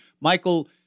Michael